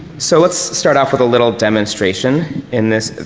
so let's start off with a little demonstration in this